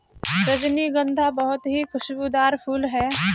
रजनीगंधा बहुत ही खुशबूदार फूल होता है